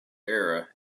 era